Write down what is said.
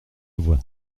voit